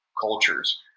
cultures